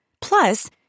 Plus